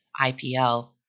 IPL